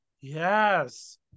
Yes